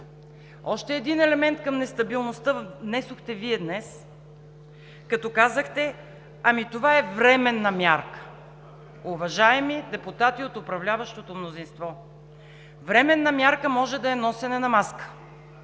Още един елемент към нестабилността внесохте Вие днес, като казахте: ами това е временна мярка! Уважаеми депутати от управляващото мнозинство, временна мярка може да е носене на маска,